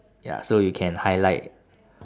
ya so you can highlight